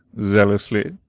zealously.